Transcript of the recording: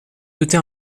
doutez